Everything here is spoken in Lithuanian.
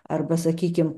arba sakykim